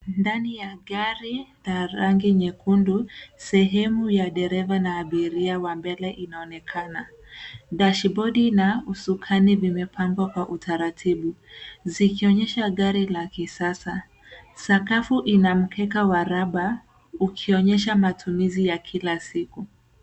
Ndani ya gari ya rangi nyekundu, sehemu ya dereva na abiria wa mbele inaonekana. Dashibodi na husukani vimepangwa kwa utaratibu, zikionyesha gari la kisasa. Sakafu ina mkeka wa raba ukionyesha matumizi ya kila siku.